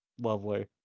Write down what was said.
lovely